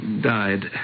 died